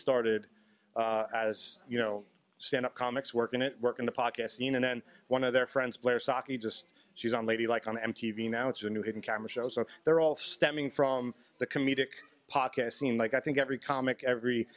started as you know stand up comics work and it worked in the pocket scene and then one of their friends blair saki just she's on lady like on m t v now it's a new hidden camera show so they're all stemming from the comedic pocket seem like i think every comic every